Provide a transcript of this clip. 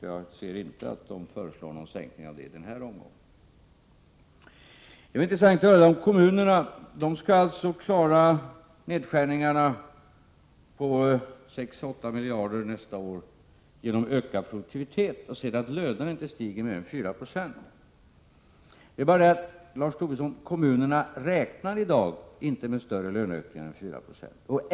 Jag ser inte att centerpartiet föreslår någon sänkning av skattetrycket i denna omgång. Det var intressant att höra Lars Tobisson tala om kommunerna. De skall alltså klara nedskärningarna på 6—8 miljarder kronor nästa år genom ökad produktivitet och genom att lönerna inte stiger mer än 4 96. Men, Lars Tobisson, kommunerna räknar i dag inte med större löneökningar än 4 96.